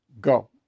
Go